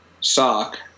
sock